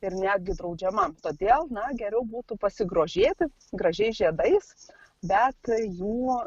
ir netgi draudžiama todėl na geriau būtų pasigrožėti gražiais žiedais bet jų